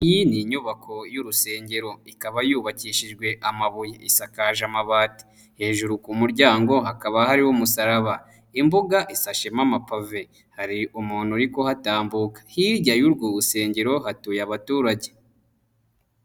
Iyi ni inyubako y'urusengero. Ikaba yubakishijwe amabuye. Isakaje amabati. Hejuru ku muryango hakaba hariho umusaraba. Imbuga isashemo amapave. Hari umuntu uri hatambuka. Hirya y'urwo rusengero hatuye abaturage.